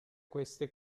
queste